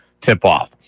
tip-off